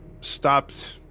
stopped